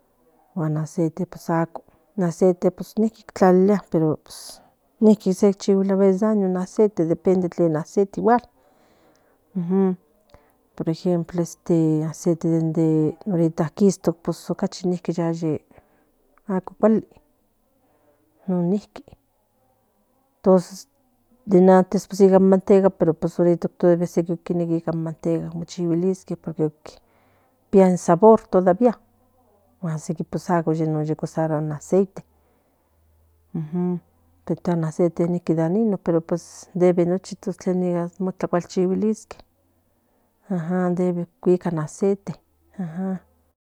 Guan aceite pues aco niqui tlalilia sequi chiguilia daño depende in aceite por ejemplo aceite de inorita quishto casi amo cuali non ninqui tos den antes in manteca ica ammtechiguilisque pía in sabor sequinpues aco por eso usan el asite dañino pero debe cuica in aceite